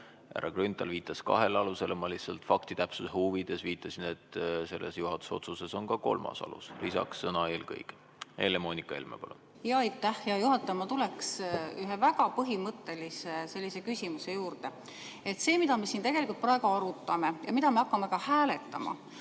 Grünthal viitas kahele alusele, ma lihtsalt fakti täpsuse huvides viitasin, et selles juhatuse otsuses on ka kolmas alus lisaks, sõna "eelkõige". Helle-Moonika Helme, palun! Aitäh, hea juhataja! Ma tuleks ühe väga põhimõttelise küsimuse juurde. See, mida me praegu siin arutame ja mida me hakkame ka hääletama,